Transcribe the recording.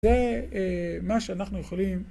זה מה שאנחנו יכולים